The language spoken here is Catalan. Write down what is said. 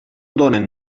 donen